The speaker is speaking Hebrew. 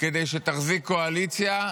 כדי שתחזיק קואליציה,